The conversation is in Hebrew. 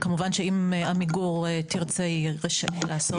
כמובן שאם עמיגור תרצה, היא רשאית לעשות זאת.